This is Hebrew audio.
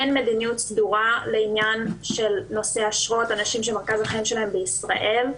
אין מדיניות סדורה בנושא האשרות ואנשים שמרכז החיים שלהם בישראל.